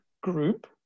group